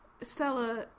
Stella